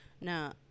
now